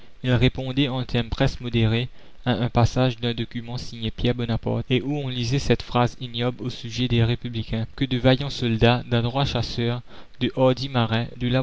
il répondait en termes presque modérés à un passage d'un document signé pierre bonaparte et où on lisait cette phrase ignoble au sujet des républicains que de vaillants soldats d'adroits chasseurs de hardis marins